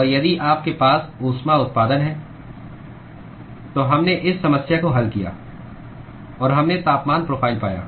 और यदि आपके पास ऊष्मा उत्पादन है तो हमने इस समस्या को हल किया और हमने तापमान प्रोफ़ाइल पाया